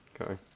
Okay